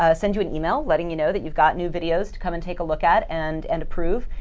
ah send you an email letting you know that you've got new videos to come and take a look at and and approve.